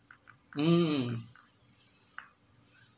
mm